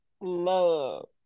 Love